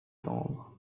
tendres